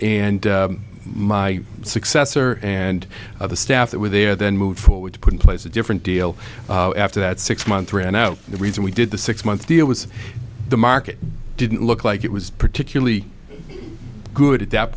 d my successor and the staff that were there then moved forward to put in place a different deal after that six months ran out the reason we did the six month deal was the market didn't look like it was particularly good at that